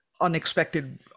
unexpected